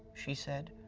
she said.